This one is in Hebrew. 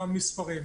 במספרים.